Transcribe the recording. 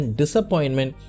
disappointment